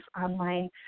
online